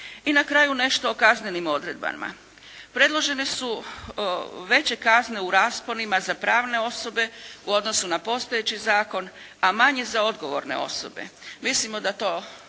I na kraju nešto o kaznenim odredbama. Predložene su veće kazne u rasponima za pravne osobe u odnosu na postojeći zakon, a manji za odgovorne osobe. Mislimo da to